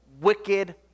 wicked